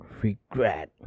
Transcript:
regret